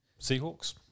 Seahawks